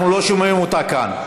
אנחנו לא שומעים אותה כאן.